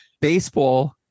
baseball